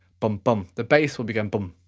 bum bum, the bass will be going bum,